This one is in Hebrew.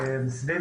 סביב